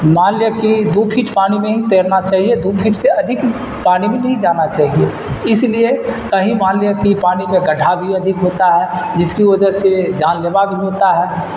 مان لے کی دو فٹ پانی میں ہی تیرنا چاہیے دو فٹ سے ادھک پانی میں نہیں جانا چاہیے اس لیے کہیں مان لیا کی پانی پہ گڈھا بھی ادھک ہوتا ہے جس کی وجہ سے جان لیوا بھی ہوتا ہے